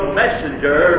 messenger